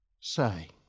say